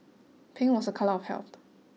pink was a colour of health